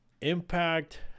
Impact